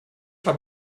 habe